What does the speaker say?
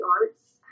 arts